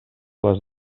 les